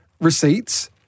receipts